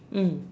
mm